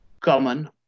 common